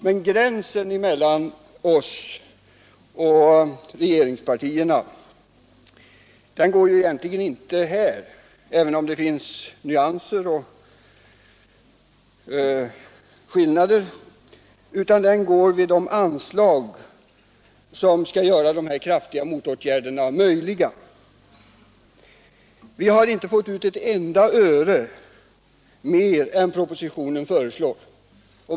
Men gränsen mellan oss och regeringspartierna går egentligen inte här, även om det finns nyanser och skillnader, utan den går vid de anslag som skall göra dessa kraftiga motåtgärder möjliga. Vi har inte fått ut ett enda öre mer än propositionen föreslår.